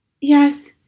yes